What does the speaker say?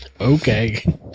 Okay